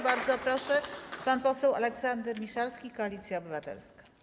Bardzo proszę, pan poseł Aleksander Miszalski, Koalicja Obywatelska.